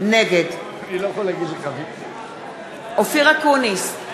נגד אופיר אקוניס,